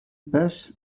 bush